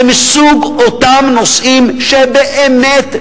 זה מסוג אותם נושאים שבאמת,